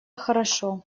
хорошо